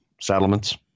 Settlements